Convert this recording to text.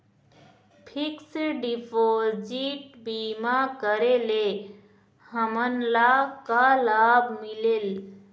Fix deposit बीमा करे ले हमनला का लाभ मिलेल?